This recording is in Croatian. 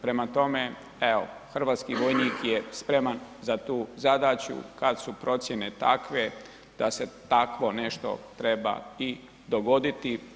Prema tome, evo Hrvatski vojnik je spreman za tu zadaću kada su procjene takve da se takvo nešto treba i dogoditi.